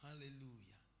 Hallelujah